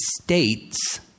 state's